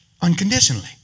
unconditionally